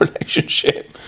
relationship